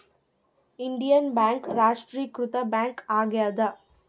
Indian Bank ರಾಷ್ಟ್ರೀಕೃತ bank ಆಗ್ಯಾದ